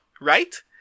right